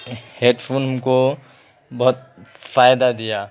head phone ہم کو بہت فائدہ دیا